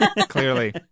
clearly